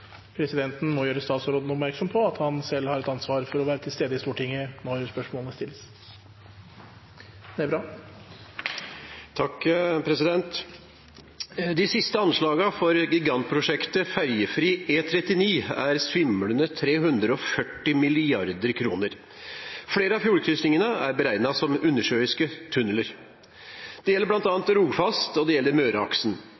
Presidenten må gjøre statsråden oppmerksom på at han selv har et ansvar for å være til stede i Stortinget når spørsmålene stilles. «De siste anslagene for gigantprosjektet Ferjefri E39 er svimlende 340 milliarder kroner. Flere av fjordkryssingene er beregnet som undersjøiske tunneler. Det gjelder blant